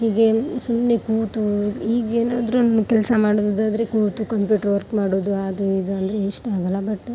ಹೀಗೆ ಸುಮ್ಮನೆ ಕೂತು ಈಗೆನಾದರೂ ನ ಕೆಲಸ ಮಾಡೋದಾದ್ರೆ ಕೂತು ಕಂಪ್ಯೂಟರ್ ವರ್ಕ್ ಮಾಡೋದು ಅದು ಇದು ಅಂದರೆ ಇಷ್ಟ ಆಗಲ್ಲ ಬಟ್